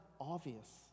obvious